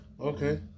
okay